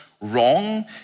wrong